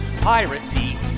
piracy